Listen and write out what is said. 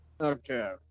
Okay